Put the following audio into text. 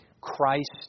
Christ